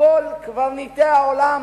מכל קברניטי העולם